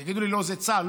אז יגידו לי: לא, זה צה"ל.